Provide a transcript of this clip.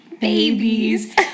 babies